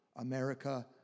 America